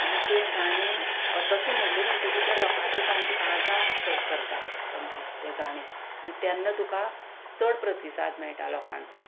आनी तें गाणें तशें म्हणलें म्हणटकीर तें लोकांची सामकी काळजां भरता सामकें तें गाणें आनी तेन्ना तुका चड प्रतिसाद मेळटा लोकांचो